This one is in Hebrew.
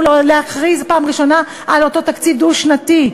להכריז בפעם הראשונה על אותו תקציב דו-שנתי.